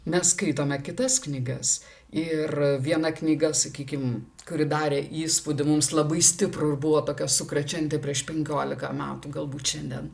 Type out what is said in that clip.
mes skaitome kitas knygas ir viena knyga sakykim kuri darė įspūdį mums labai stiprų buvo tokia sukrečianti prieš penkiolika metų galbūt šiandien